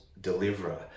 deliverer